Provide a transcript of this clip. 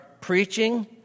preaching